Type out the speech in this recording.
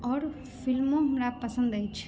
आओर फिल्मो हमरा पसन्द अछि